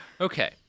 Okay